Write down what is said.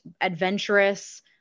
adventurous